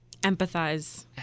Empathize